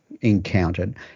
encountered